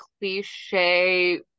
cliche